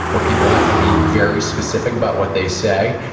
where people have to be very specific about what they say,